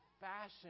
fashion